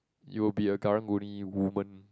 you will be a Karang-Guni woman